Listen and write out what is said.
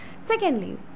Secondly